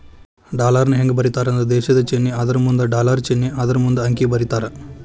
ಡಾಲರ್ನ ಹೆಂಗ ಬರೇತಾರಂದ್ರ ದೇಶದ್ ಚಿನ್ನೆ ಅದರಮುಂದ ಡಾಲರ್ ಚಿನ್ನೆ ಅದರಮುಂದ ಅಂಕಿ ಬರೇತಾರ